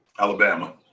Alabama